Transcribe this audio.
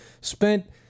spent